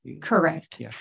Correct